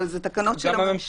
אבל זה תקנות של הממשלה.